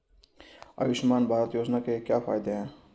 आयुष्मान भारत योजना के क्या फायदे हैं?